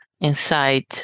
inside